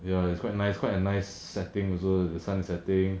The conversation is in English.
ya it's quite nice quite a nice setting also the sun setting